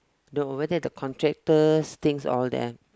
you know over there the contractor's things all there